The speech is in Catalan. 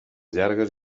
llargues